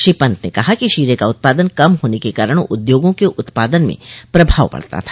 श्री पंत ने कहा कि शीरे का उत्पादन कम होने के कारण उद्योगों के उत्पादन में प्रभाव पड़ता था